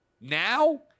Now